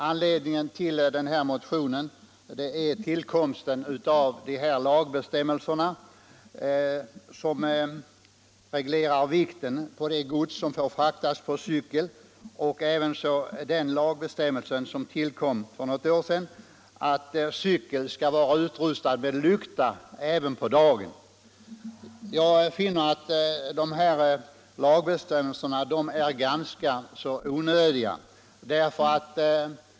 Anledningen till denna motion är den lagbestämmelse som tillkom för ett par år sedan och som reglerar vikten på gods som får fraktas på cykel samt den bestämmelse som kom förra året och som förordnar att cykel skall vara utrustad med lykta även på dagen. Jag finner dessa lagbestämmelser ganska onödiga.